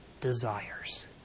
desires